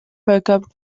völker